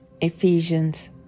Ephesians